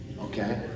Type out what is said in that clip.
Okay